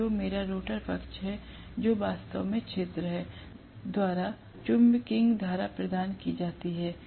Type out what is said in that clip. और जो मेरा रोटर पक्ष है जो वास्तव में क्षेत्र है द्वारा चुंबकिंग धारा प्रदान की जाती है